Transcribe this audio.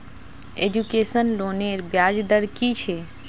Education लोनेर ब्याज दर कि छे?